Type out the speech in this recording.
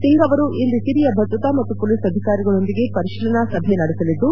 ಸಿಂಗ್ ಅವರು ಇಂದು ಹಿರಿಯ ಭದ್ರತಾ ಮತ್ತು ಪೊಲೀಸ್ ಅಧಿಕಾರಿಗಳೊಂದಿಗೆ ಪರಿಶೀಲನಾ ಸಭೆ ನಡೆಸಲಿದ್ದು